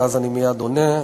ואז אני מייד עונה,